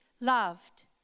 loved